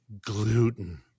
Gluten